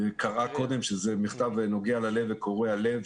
שזה מכתב נוגע וקורע את הלב,